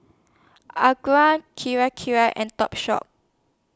Acura Kirei Kirei and Topshop